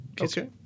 Okay